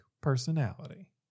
personality